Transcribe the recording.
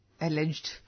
alleged